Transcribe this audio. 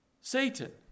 Satan